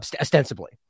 ostensibly